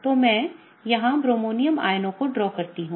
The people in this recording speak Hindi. तो मैं यहां दो ब्रोमोनियम आयनों को ड्रा करती हूं